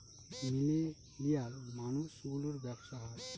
millennial মানুষ গুলোর ব্যাবসা হয়